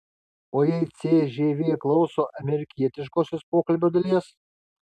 o jei cžv klauso amerikietiškosios pokalbio dalies